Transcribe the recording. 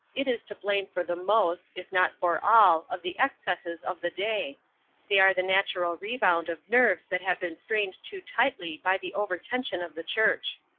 it is to blame for the most, if not for all, of the excesses of the day they are the natural rebound of nerves that have been strained too tightly by the over-tension of the church.